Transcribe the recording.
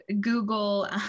Google